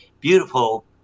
beautiful